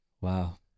Wow